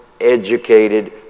educated